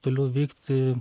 toliau veikti